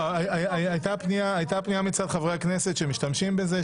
הייתה פנייה מצד חברי הכנסת שמשתמשים בזה.